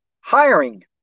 hiring